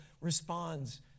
responds